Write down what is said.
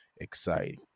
exciting